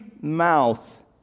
mouth